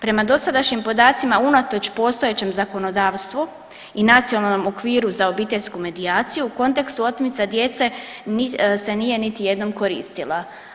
Prema dosadašnjim podacima unatoč postojećem zakonodavstvu i nacionalnom okviru za obiteljsku medijaciju u kontekstu otmica djece se nije niti jednom koristila.